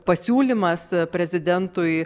pasiūlymas prezidentui